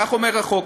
כך אומר החוק.